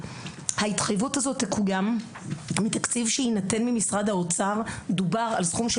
ההתחייבות הזאת תקוים מתקציב שיינתן ממשרד האוצר" דובר על סכום של